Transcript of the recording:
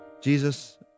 Jesus